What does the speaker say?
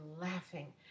laughing